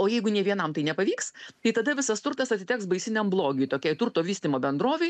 o jeigu nė vienam tai nepavyks tai tada visas turtas atiteks baisiniam blogiui tokiai turto vystymo bendrovei